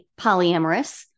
polyamorous